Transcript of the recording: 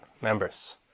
members